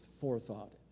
forethought